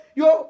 yo